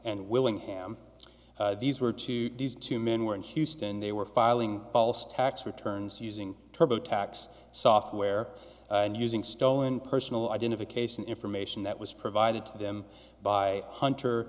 and willingham these were two these two men were in houston they were filing false tax returns using turbo tax software and using stolen personal identification information that was provided to them by hunter